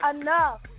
Enough